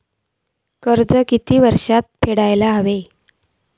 कर्ज ह्या किती वर्षात फेडून हव्या?